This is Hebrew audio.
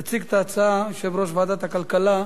יציג את ההצעה יושב-ראש ועדת הכלכלה,